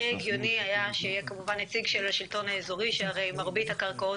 הכי הגיוני היה שיהיה כמובן נציג של השלטון האזורי שהרי מרבית הקרקעות